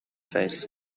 face